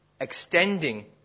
extending